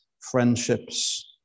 friendships